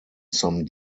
some